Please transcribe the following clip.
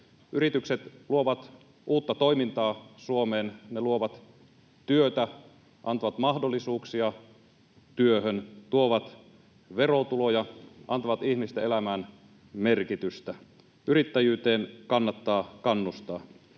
Yritykset luovat uutta toimintaa Suomeen, ne luovat työtä, antavat mahdollisuuksia työhön, tuovat verotuloja, antavat ihmisten elämään merkitystä. Yrittäjyyteen kannattaa kannustaa.